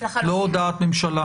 לא דעת ממשלה